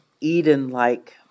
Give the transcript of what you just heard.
Eden-like